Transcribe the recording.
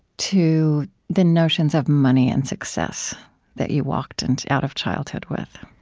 to the notions of money and success that you walked and out of childhood with?